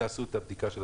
תעשו את הבדיקה.